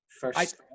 first